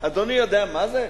אדוני יודע מה זה?